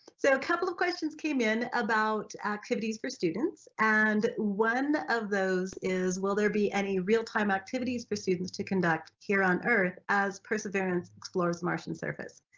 so a couple of questions came in about activities for students and one of those is will there be any real-time activities for students to conduct here on earth as perseverance explores martian surface?